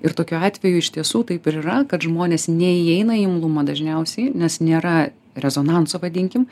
ir tokiu atveju iš tiesų taip ir yra kad žmonės neįeina į imlumą dažniausiai nes nėra rezonanso vadinkim